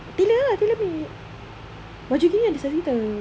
pilih ah baju dia ada size kita